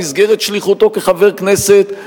במסגרת שליחותו כחבר כנסת,